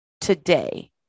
today